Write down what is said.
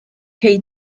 cei